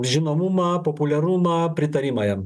žinomumą populiarumą pritarimą jam